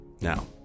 Now